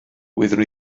wyddwn